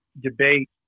debate